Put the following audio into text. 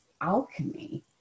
alchemy